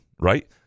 right